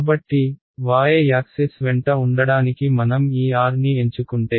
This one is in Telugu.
కాబట్టి y యాక్సిస్ వెంట ఉండడానికి మనం ఈ r ని ఎంచుకుంటే